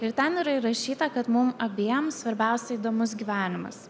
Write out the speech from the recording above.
ir ten yra įrašyta kad mum abiem svarbiausia įdomus gyvenimas